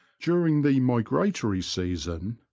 during the migratory season,